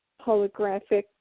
holographic